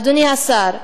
אדוני השר,